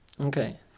okay